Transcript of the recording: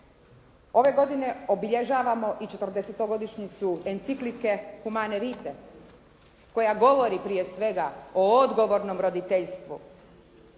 Ove godine obilježavamo i 40-godišnjicu enciklike Humane Rite koja govori prije svega o odgovornom roditeljstvu.